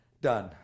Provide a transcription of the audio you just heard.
done